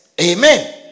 Amen